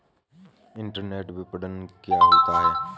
Internet विपणन क्या होता है?